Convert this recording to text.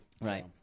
Right